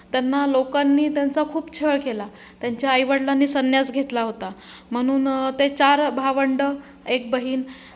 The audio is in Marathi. त्यांना लोकांनी त्यांचा खूप छळ केला त्यांच्या आईवडिलांनी संन्यास घेतला होता म्हणून ते चार भावंडं एक बहीण